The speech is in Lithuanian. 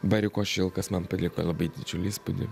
bariuko šilkas man paliko labai didžiulį įspūdį